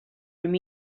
from